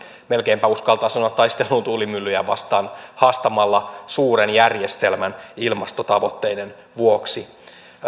melkeinpä uskaltaa sanoa taisteluun tuulimyllyjä vastaan haastamalla suuren järjestelmän ilmastotavoitteiden vuoksi